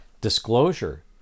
disclosure